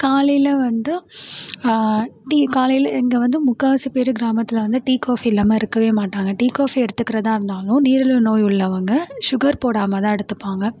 காலையில் வந்து டீ காலையில் இங்கே வந்து முக்கால்வாசி பேர் கிராமத்தில் வந்து டீ காஃபி இல்லாமல் இருக்கவே மாட்டாங்கள் டீ காஃபி எடுத்துக்கிறதா இருந்தாலும் நீரிழிவு நோய் உள்ளவங்கள் ஷுகர் போடாமதான் எடுத்துப்பாங்கள்